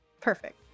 perfect